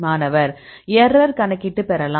மாணவர் எர்ரர் கணக்கிட்டு பெறலாம்